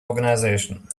organization